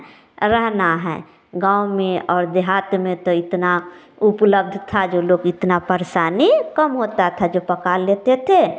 रहना है गाँव में और देहात में तो इतना उपलब्ध था जो लोग इतना परेशानी कम होता था जो पका लेते थे